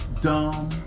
dumb